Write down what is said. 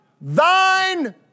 thine